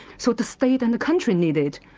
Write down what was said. so the state and the country need it,